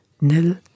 nil